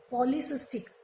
Polycystic